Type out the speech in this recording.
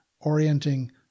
orienting